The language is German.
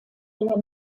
der